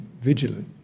vigilant